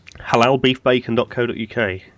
halalbeefbacon.co.uk